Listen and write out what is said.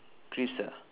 crisps ah